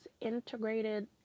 integrated